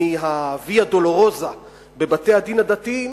מהוויה-דולורוזה בבתי-הדין הדתיים,